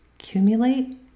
accumulate